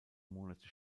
monate